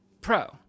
Pro